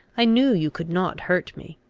i knew you could not hurt me.